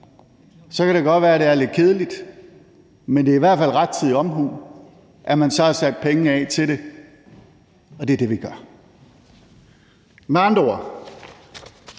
kan det godt være, det er lidt kedeligt, men det er i hvert fald rettidig omhu, at man så har sat penge af til det. Og det er det, vi gør. Med andre ord: